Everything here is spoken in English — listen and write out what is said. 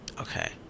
Okay